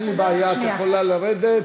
אין לי בעיה, את יכולה לרדת.